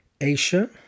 Asia